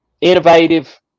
innovative